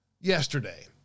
yesterday